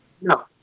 No